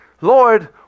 Lord